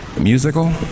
musical